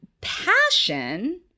passion